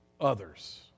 others